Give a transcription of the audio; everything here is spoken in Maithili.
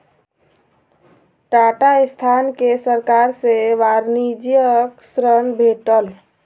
टाटा संस्थान के सरकार सॅ वाणिज्यिक ऋण भेटल